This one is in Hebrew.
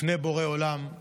השופט עוזי